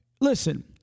listen